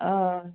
हय